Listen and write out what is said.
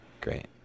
Great